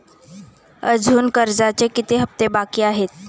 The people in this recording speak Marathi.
अजुन कर्जाचे किती हप्ते बाकी आहेत?